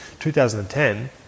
2010